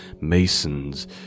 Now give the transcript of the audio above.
masons